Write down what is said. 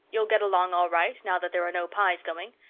you'll get along all right, now that there are no pyes going.